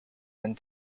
and